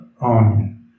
on